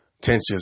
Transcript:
tensions